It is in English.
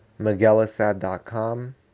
Miguelisad.com